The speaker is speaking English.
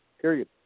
Period